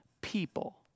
people